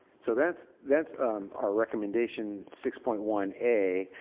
so that's that's our recommendation six point one a.